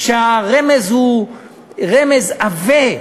הרמז הוא רמז עבה,